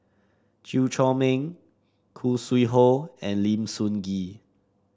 Chew Chor Meng Khoo Sui Hoe and Lim Sun Gee